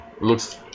looks